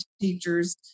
teachers